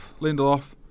Lindelof